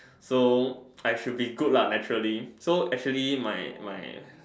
so I should be good naturally so actually my my